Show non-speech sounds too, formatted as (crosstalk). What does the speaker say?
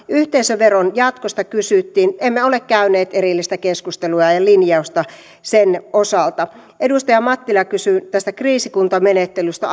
(unintelligible) yhteisöveron jatkosta kysyttiin emme ole käyneet erillistä keskustelua ja ja tehneet linjausta sen osalta edustaja mattila kysyi arviota tästä kriisikuntamenettelystä (unintelligible)